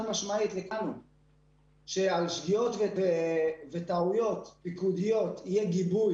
משמעית שעל שגיאות וטעויות פיקודיות יהיה גיבוי